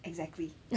exactly